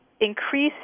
increase